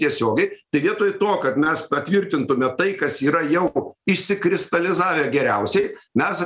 tiesiogiai tai vietoj to kad mes patvirtintume tai kas yra jau išsikristalizavę geriausiai mes